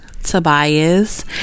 Tobias